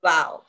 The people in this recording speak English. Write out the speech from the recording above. Wow